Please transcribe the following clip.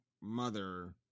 mother